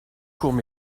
courts